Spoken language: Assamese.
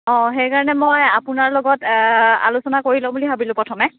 অঁ সেইকাৰণে মই আপোনাৰ লগত আলোচনা কৰি লওঁ বুলি ভাবিলোঁ প্ৰথমে